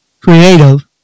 creative